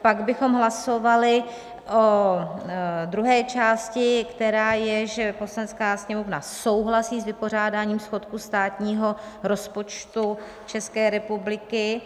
Pak bychom hlasovali o druhé části, která je, že Poslanecká sněmovna souhlasí s vypořádáním schodku státního rozpočtu České republiky.